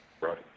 Right